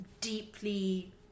deeply